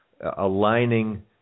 aligning